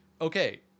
okay